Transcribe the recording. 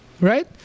right